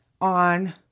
on